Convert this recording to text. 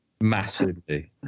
Massively